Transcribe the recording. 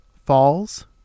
Falls